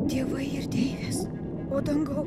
dievai ir deivės o dangau